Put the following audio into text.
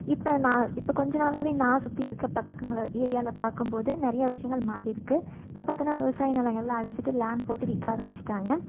இப்போ நான் இப்போ கொஞ்சம் நாளாகவே நான் சுற்றி இருக்க பக்கக்கங்கள ஏரியாவில் பார்க்கும்போது நிறையா விஷயங்கள் மாறி இருக்கு இப்போ பாத்தோம்னா விவசாய நிலங்கள்லாம் அழிச்சுட்டு லேண்ட் போட்டு விற்க ஆரம்பிச்சுட்டாங்க